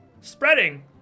spreading